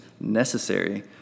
necessary